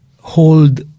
hold